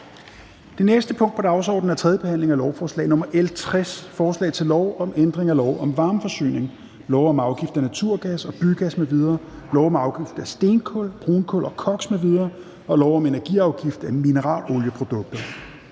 Det næste punkt på dagsordenen er: 22) 3. behandling af lovforslag nr. L 60: Forslag til lov om ændring af lov om varmeforsyning, lov om afgift af naturgas og bygas m.v., lov om afgift af stenkul, brunkul og koks m.v. og lov om energiafgift af mineralolieprodukter